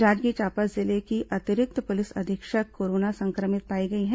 जांजगीर चांपा जिले की अतिरिक्त पुलिस अधीक्षक कोरोना संक्रमित पाई गई है